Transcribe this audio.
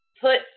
put